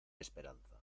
esperanza